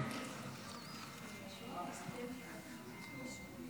בכלי הנשק הבלתי-חוקיים